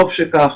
טוב שכך,